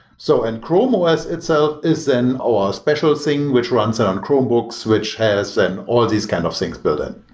so and chrome os itself is an um ah special thing, which runs ah on chromebooks, which has and all these kind of things build in.